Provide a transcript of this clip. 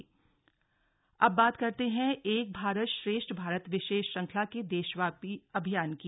औली चमोली अब बात करते हैं एक भारत श्रेष्ठ भारत विशेष श्रृंखला के देशव्यापी अभियान की